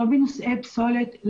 לא בנושאי פסולת,